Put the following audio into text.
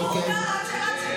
אוקיי.